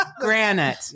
granite